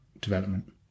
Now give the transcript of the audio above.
development